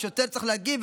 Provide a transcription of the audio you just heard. השוטר צריך להגיב,